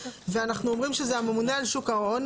ואנחנו אומרים שזה הממונה על שוק ההון,